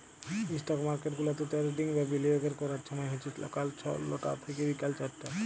stock market গুলাতে trading বা বিলিয়গের ক্যরার ছময় হছে ছকাল লটা থ্যাইকে বিকাল চারটা